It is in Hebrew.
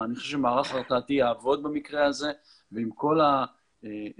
אני חושב שמערך הרתעתי יעבוד במקרה הזה ועם כל הרצון